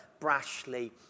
brashly